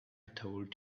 told